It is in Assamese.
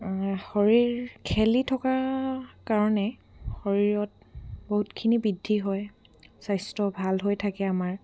শৰীৰ খেলি থকা কাৰণে শৰীৰত বহুতখিনি বৃদ্ধি হয় স্বাস্থ্য ভাল হৈ থাকে আমাৰ